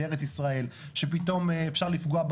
רם, התחלנו קשוח.